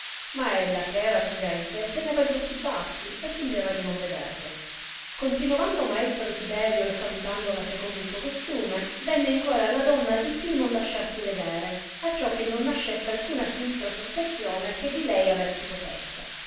ma ella che era prudente teneva gli occhi bassi e fingeva di non vederlo continovando maestro tiberio e salutandola secondo il suo costume venne in core alla donna di più non lasciarsi vedere acciò che non nascesse alcuna sinistra sospezione che di lei aver si potesse